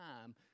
time